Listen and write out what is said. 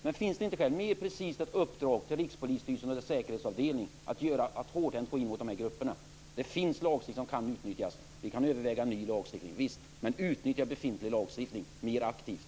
Men finns det inte skäl att mer precist uppdra åt Rikspolisstyrelsen och dess säkerhetsavdelning att hårdhänt gå in mot dessa grupper? Det finns lagstiftning som kan utnyttjas. Visst kan vi överväga ny lagstiftning, men jag tycker att vi ska utnyttja befintlig lagstiftning mer aktivt.